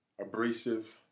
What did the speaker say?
abrasive